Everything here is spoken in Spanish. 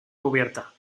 cubierta